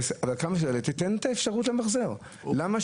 זה נותן את המחזור האמיתי.